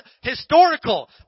historical